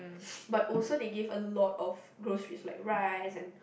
but also they give a lot of groceries like rice and